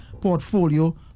portfolio